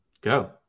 go